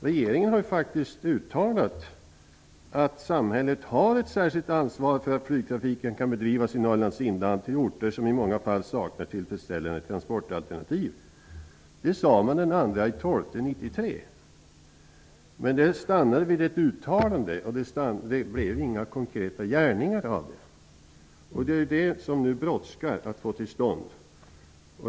Regeringen sade faktiskt den 2 december 1993 att samhället har ett särskilt ansvar för att flygtrafiken kan bedrivas i Norrlands inland till orter som i många fall saknar tillfredsställande transportalternativ. Men det stannade vid ett uttalande. Det blev inga konkreta gärningar av det, och det är det som nu brådskar att få till stånd.